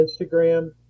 Instagram